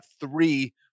three